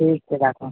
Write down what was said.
ठीक छै राखू